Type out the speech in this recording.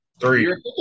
Three